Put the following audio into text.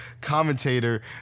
commentator